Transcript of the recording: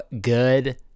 good